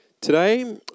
today